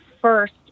first